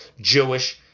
jewish